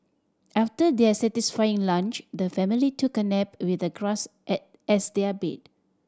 after their satisfying lunch the family took a nap with the grass as their bed